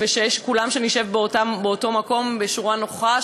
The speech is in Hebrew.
ושכולנו נשב באותו מקום בשורה נוחה,